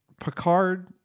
Picard